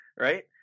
Right